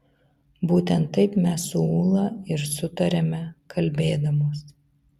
būtent taip mes su ūla ir sutariame kalbėdamos